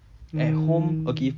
mm